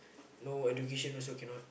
no education also cannot